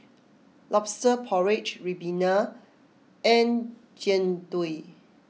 Lobster Porridge Ribena and Jian Dui